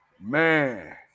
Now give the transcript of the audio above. Man